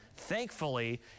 Thankfully